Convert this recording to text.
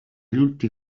adulti